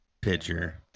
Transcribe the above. Pitcher